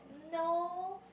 no